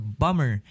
bummer